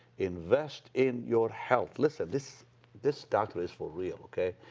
invest in your health. listen, this this doctor is for real, okay?